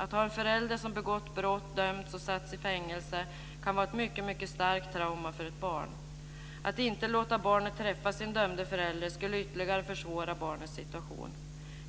Att ha en förälder som begått brott, dömts och satts i fängelse kan vara att mycket starkt trauma för ett barn. Att inte låta barnet träffa sin dömda förälder skulle ytterligare försvåra barnets situation.